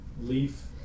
leaf